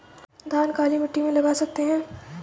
धान काली मिट्टी में लगा सकते हैं?